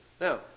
Now